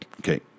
Okay